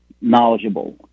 knowledgeable